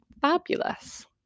fabulous